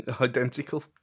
Identical